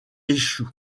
échoue